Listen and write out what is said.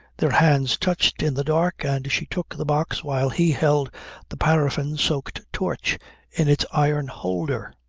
their hands touched in the dark and she took the box while he held the paraffin soaked torch in its iron holder.